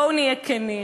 בואו נהיה כנים,